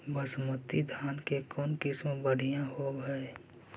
बासमती धान के कौन किसम बँढ़िया होब है?